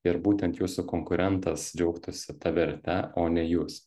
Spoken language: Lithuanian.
ir būtent jūsų konkurentas džiaugtųsi ta verte o ne jūs